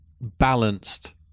balanced